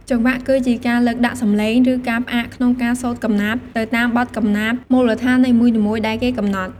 ចង្វាក់ គឺជាការលើកដាក់សំឡេង ឬការផ្អាកក្នុងការសូត្រកំណាព្យទៅតាមបទកំណាព្យមូលដ្ឋាននីមួយៗដែលគេកំណត់។